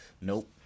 Nope